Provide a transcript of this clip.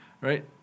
right